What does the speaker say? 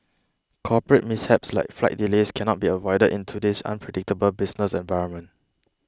corporate mishaps like flight delays cannot be avoided in today's unpredictable business environment